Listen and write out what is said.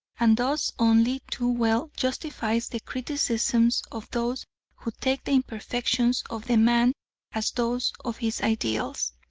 and thus only too well justifies the criticisms of those who take the imperfections of the man as those of his ideals.